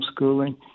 homeschooling